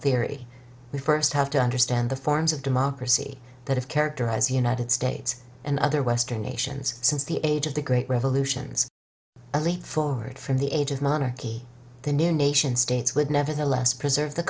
theory we first have to understand the forms of democracy that have characterize the united states and other western nations since the age of the great revolutions for it from the age of monarchy the new nation states would nevertheless preserve the